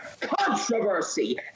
Controversy